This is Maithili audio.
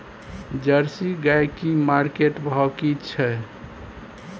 जर्सी गाय की मार्केट भाव की छै?